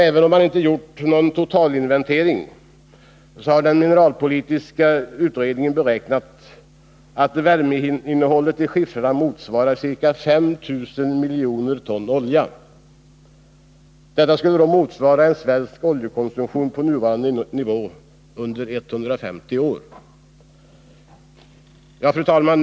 Även om man inte gjort någon totalinventering, så har den mineralpolitiska utredningen beräknat att värmeinnehållet i skiffrarna motsvarar ca 5 000 miljoner ton olja. Detta skulle motsvara en svensk oljekonsumtion på nuvarande nivå under 150 år. Fru talman!